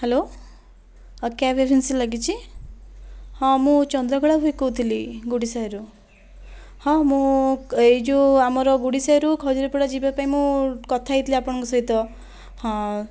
hello ହଁ cab agency ଲାଗିଛି ହଁ ମୁଁ ଚନ୍ଦ୍ରକଳା ଭି କହୁଥିଲି ଗୁଡ଼ିସାହିରୁ ହଁ ମୁଁ ଏଇ ଯେଉଁ ଆମର ଗୁଡ଼ିସାହିରୁ ଖଜୁରିପଡ଼ା ଯିବା ପାଇଁ ମୁଁ କଥା ହୋଇଥିଲି ଆପଣଙ୍କ ସହିତ ହଁ